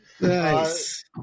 Nice